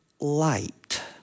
light